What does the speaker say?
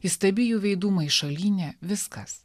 įstabi jų veidų maišalynė viskas